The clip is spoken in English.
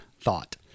thought